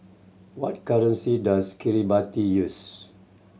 what currency does Kiribati use